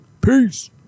Peace